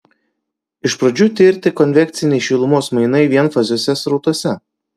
iš pradžių tirti konvekciniai šilumos mainai vienfaziuose srautuose